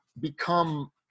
become